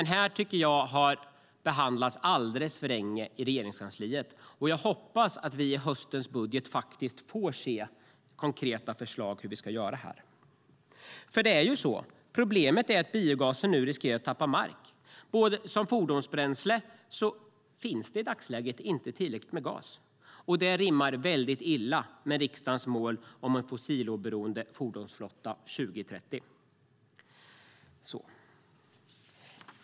Jag tycker att den har behandlats alldeles för länge i Regeringskansliet. Jag hoppas att vi i höstens budget får se konkreta förslag om hur vi ska göra. Problemet är att biogasen nu riskerar att tappa mark som fordonsbränsle. Det finns inte tillräckligt mycket gas. Det rimmar illa med riksdagens mål om en fossiloberoende fordonsflotta 2030.